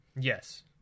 Yes